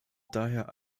daher